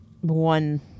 one